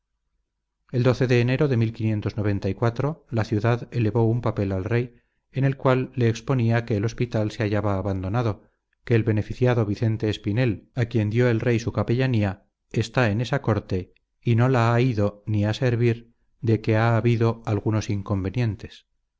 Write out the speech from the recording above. el de enero de la ciudad elevó un papel al rey en el cual le exponía que el hospital se hallaba abandonado que el beneficiado vicente espinel a quien dio el rey su capellanía está en essa corte y no la a ydo ni ha a servir de que a auido algunos ynconvenientes